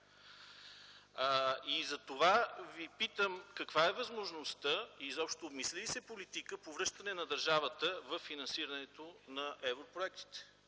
Затова Ви питам: каква е възможността и изобщо мисли ли се политика по връщане на държавата във финансирането на европроектите?